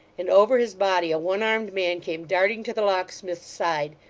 and over his body a one-armed man came darting to the locksmith's side.